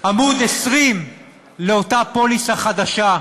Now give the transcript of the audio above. עמוד 20 לאותה פוליסה חדשה,